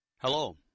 Hello